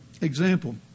example